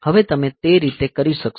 હવે તમે તે કેવી રીતે કરશો